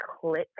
click